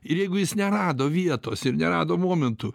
ir jeigu jis nerado vietos ir nerado momentų